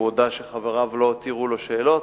הוא הודה שחבריו לא הותירו לו שאלות,